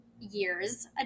year's